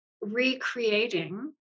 recreating